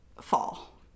fall